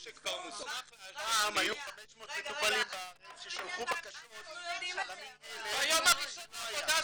פעם היו 500 מטופלים בארץ ששלחו בקשות למנהלת ולא היה